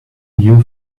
new